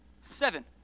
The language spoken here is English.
seven